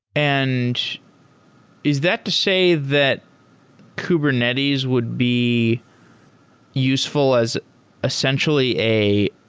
and is that to say that kubernetes would be useful as essentially a